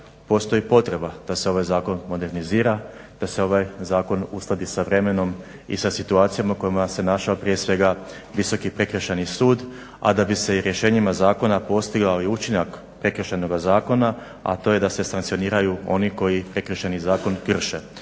postoji potreba da se ovaj Zakon modernizira, da se ovaj zakon uskladi sa vremenom i sa situacijama u kojima se našao prije svega Visoki prekršajni sud, a da bi se rješenjima zakona postigao i učinak Prekršajnoga zakona, a to je da se sankcioniraju oni koji Prekršajni zakon krše.